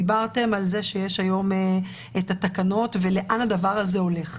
דיברתם על כך שיש היום את התקנות ולאן הדבר הזה הולך.